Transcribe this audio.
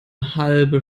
halbe